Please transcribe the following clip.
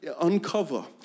uncover